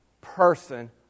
person